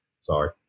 sorry